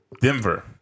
Denver